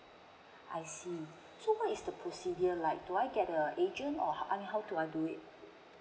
I see so what is the procedure like do I get a agent or I mean how do I do it